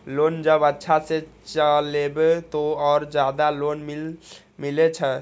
Loan जब अच्छा से चलेबे तो और ज्यादा लोन मिले छै?